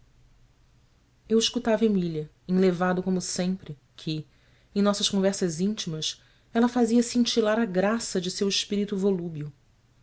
eu escutava emília enlevado como sempre que em nossas conversas íntimas ela fazia cintilar a graça de seu espírito